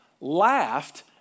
laughed